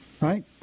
right